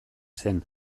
zen